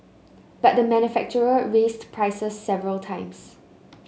but the manufacturer raised prices several times